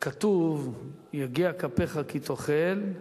כתוב: "יגיע כפיך כי תאכל,